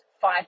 five